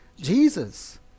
Jesus